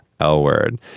L-word